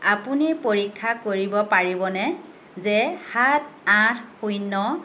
আপুনি পৰীক্ষা কৰিব পাৰিবনে যে সাত আঠ শূন্য